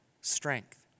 strength